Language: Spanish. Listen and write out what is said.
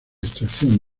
extracción